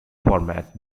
format